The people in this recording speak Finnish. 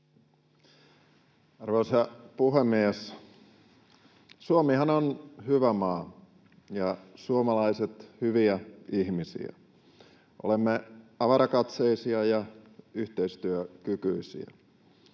Arvoisa puhemies! Suomihan on hyvä maa ja suomalaiset hyviä ihmisiä. Olemme avarakatseisia ja yhteistyökykyisiä.